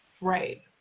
Right